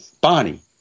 Bonnie